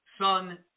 son